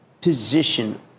position